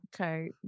Okay